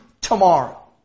tomorrow